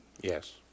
Yes